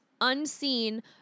unseen